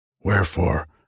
Wherefore